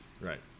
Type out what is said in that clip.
Right